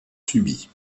subies